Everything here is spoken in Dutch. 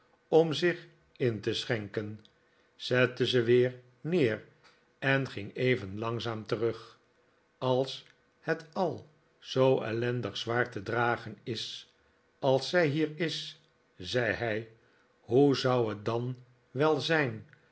om zich in te schenken zette ze weer neer en ging even langzaam terug als het al zoo ellendig zwaar te dragen is als zij hier is zei hij hoe zou het dan wel zijn